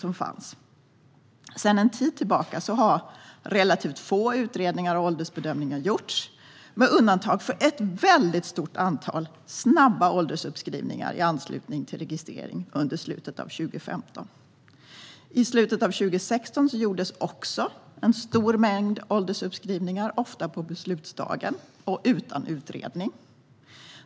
Sedan en tid tillbaka görs relativt få utredningar och åldersbedömningar, med undantag för ett stort antal snabba åldersuppskrivningar i anslutning till registrering under slutet av 2015. I slutet av 2016 gjordes också en stor mängd åldersuppskrivningar, ofta på beslutsdagen och utan utredning.